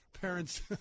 parents